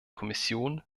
kommission